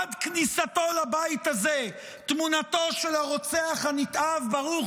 עד כניסתו לבית הזה תמונתו של הרוצח הנתעב ברוך